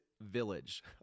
village